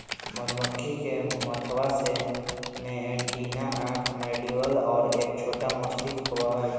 मधुमक्खी के मथवा में एंटीना आंख मैंडीबल और एक छोटा मस्तिष्क होबा हई